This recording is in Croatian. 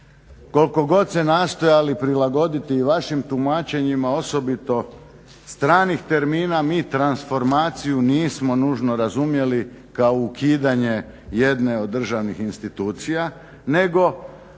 Koliko god se nastojali prilagoditi vašim tumačenjima, osobito stranih termina mi transformaciju nismo nužno razumjeli kao ukidanje jedne od državnih institucija nego